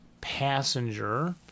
passenger